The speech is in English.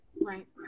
Right